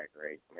great